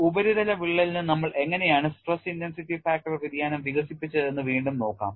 ഒരു ഉപരിതല വിള്ളലിന് നമ്മൾ എങ്ങനെയാണ് സ്ട്രെസ് ഇന്റൻസിറ്റി ഫാക്ടർ വ്യതിയാനം വികസിപ്പിച്ചതെന്ന് വീണ്ടും നോക്കാം